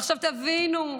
עכשיו תבינו,